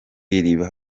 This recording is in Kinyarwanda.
iriba